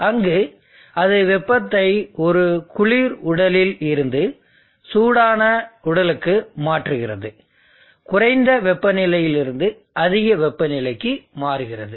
அங்கு அது வெப்பத்தை ஒரு குளிர் உடலில் இருந்து சூடான உடலுக்கு மாற்றுகிறது குறைந்த வெப்பநிலையிலிருந்து அதிக வெப்பநிலைக்கு மாறுகிறது